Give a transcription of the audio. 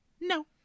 No